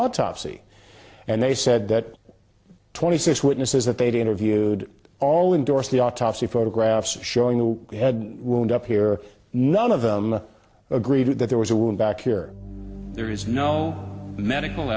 autopsy and they said that twenty six witnesses that they interviewed all endorse the autopsy photographs showing the head wound up here none of them agreed that there was a wound back here there is no medical